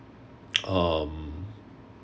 um